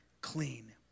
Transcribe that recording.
clean